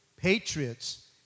Patriots